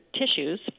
tissues